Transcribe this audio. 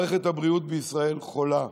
מערכת הבריאות בישראל חולה.